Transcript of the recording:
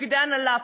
תפקידי הנהלה,